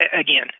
again